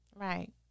Right